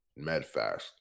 MedFast